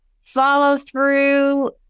follow-through